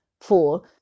four